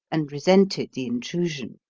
and resented the intrusion.